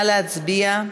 נא להצביע.